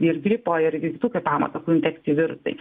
ir gripo ir kitų kvėpavimo takų infekcijų virusai